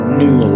new